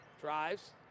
drives